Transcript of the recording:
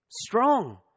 Strong